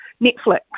Netflix